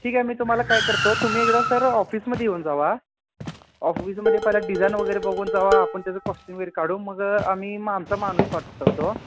ठीक आहे मी तुम्हाला काय करतो तुम्ही एकदा सर ऑफिसमध्ये येऊन जावा ऑफिसमध्ये पहिल्या डिजाईन वगैरे बघून जावा आपण त्याचं कॉस्टिंग वगैरे काढू मग आम्ही मग आमचा माणूस पाठवतो